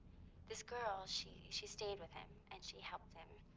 this girl she she stayed with him, and she helped him.